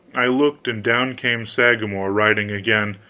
i looked, and down came sagramor riding again,